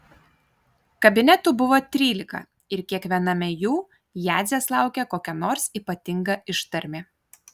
kabinetų buvo trylika ir kiekviename jų jadzės laukė kokia nors ypatinga ištarmė